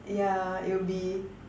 ya it will be